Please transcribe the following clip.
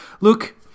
Look